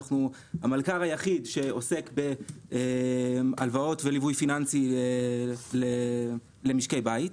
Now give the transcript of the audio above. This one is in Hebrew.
אנחנו המלכ"ר היחיד שעוסק בהלוואות וליווי פיננסי למשקי בית.